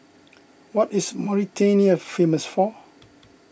what is Mauritania famous for